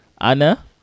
Anna